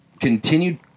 continued